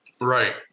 Right